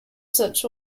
such